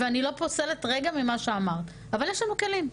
ואני לא פוסלת רגע ממה שאמרת אבל יש לנו כלים.